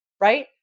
right